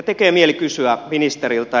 tekee mieli kysyä ministeriltä